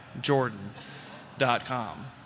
jordan.com